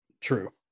true